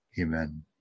Amen